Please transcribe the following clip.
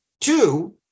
Two